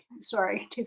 sorry